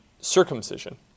circumcision